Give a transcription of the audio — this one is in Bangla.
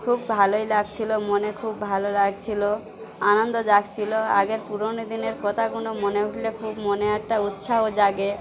খুব ভালোই লাগছিল মনে খুব ভালো লাগছিল আনন্দ জাগছিল আগের পুরনো দিনের কথাগুলো মনে উঠলে খুব মনে একটা উৎসাহ জাগে